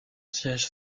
siège